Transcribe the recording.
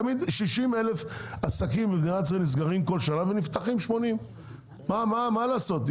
60,000 עסקים נסגרים בכל שנה ונפתחים 80. מה לעשות?